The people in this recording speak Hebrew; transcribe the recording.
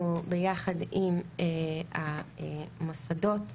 אנחנו, ביחד עם המוסדות השונים,